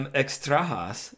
extrahas